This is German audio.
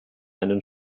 einen